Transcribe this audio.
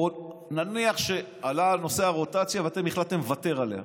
נניח שעלה נושא הרוטציה ואתם החלטתם לוותר עליה,